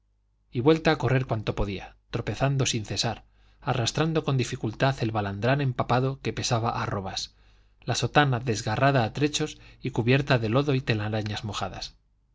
y vuelta a correr cuanto podía tropezando sin cesar arrastrando con dificultad el balandrán empapado que pesaba arrobas la sotana desgarrada a trechos y cubierta de lodo y telarañas mojadas